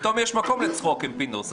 פתאום יש מקום לצחוק עם פינדרוס,